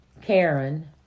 Karen